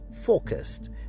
focused